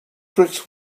tricks